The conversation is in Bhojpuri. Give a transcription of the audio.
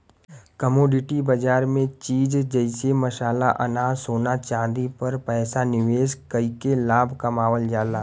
कमोडिटी बाजार में चीज जइसे मसाला अनाज सोना चांदी पर पैसा निवेश कइके लाभ कमावल जाला